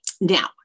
Now